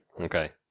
okay